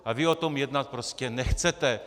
Ale vy o tom jednat prostě nechcete.